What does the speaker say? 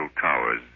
towers